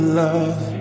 love